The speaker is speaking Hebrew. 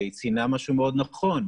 והיא ציינה משהו מאוד נכון,